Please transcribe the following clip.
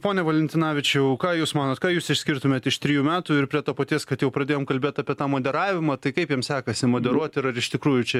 pone valentinavičiau ką jūs manot ką jūs išskirtumėt iš trijų metų ir prie to paties kad jau pradėjom kalbėt apie tą moderavimą tai kaip jam sekasi moderuot ir ar iš tikrųjų čia